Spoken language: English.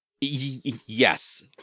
Yes